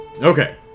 Okay